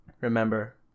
remember